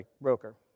broker